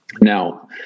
Now